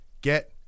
get